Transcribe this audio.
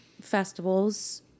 festivals